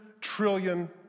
trillion